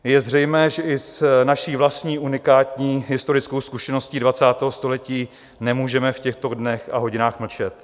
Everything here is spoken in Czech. Je zřejmé, že i s naší vlastní unikání historickou zkušeností 20. století nemůžeme v těchto dnech a hodinách mlčet.